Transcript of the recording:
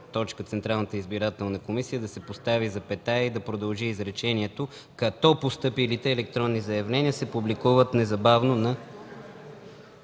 „Централната избирателна комисия”, да се постави запетая и да продължи изречението „като постъпилото електронно заявление се публикува незабавно на